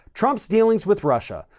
trump's dealings with russia,